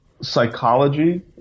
psychology